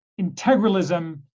integralism